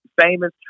famous